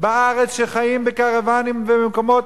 בארץ בקרוונים ובמקומות,